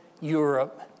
Europe